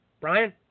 Brian